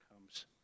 comes